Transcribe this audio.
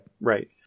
Right